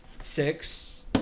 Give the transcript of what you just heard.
Six